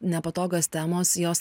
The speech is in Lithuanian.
nepatogios temos jos